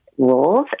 rules